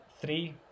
three